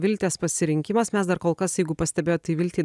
viltės pasirinkimas mes dar kol kas jeigu pastebėjot tai viltei